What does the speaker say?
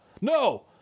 No